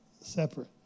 separate